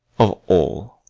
of all.